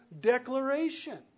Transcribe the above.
declaration